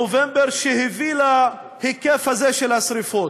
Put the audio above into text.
חשוב לו לדעת מה באמת התחולל בסוף נובמבר שהביא להיקף הזה של השרפות.